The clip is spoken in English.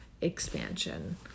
expansion